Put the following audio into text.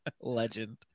Legend